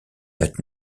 but